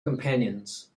companions